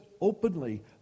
openly